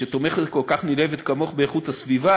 שתומכת כל כך נלהבת כמוך באיכות הסביבה